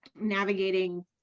navigating